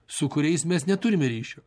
su kuriais mes neturime ryšio